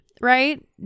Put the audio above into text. right